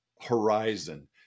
horizon